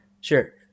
Sure